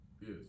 Yes